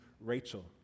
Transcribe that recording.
Rachel